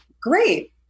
great